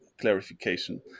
clarification